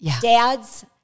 dads